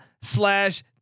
slash